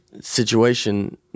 situation